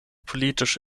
politisch